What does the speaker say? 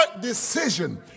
decision